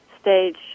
stage